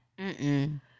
Mm-mm